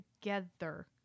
together